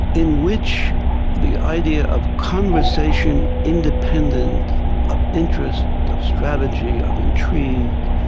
in which the idea of conversation independent of interest of strategy, of intrigue,